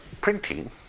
printing